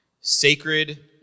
Sacred